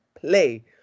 play